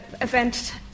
event